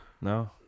No